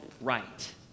right